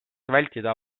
vältida